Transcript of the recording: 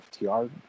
FTR